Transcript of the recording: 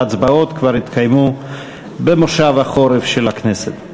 ההצבעות כבר יתקיימו במושב החורף של הכנסת.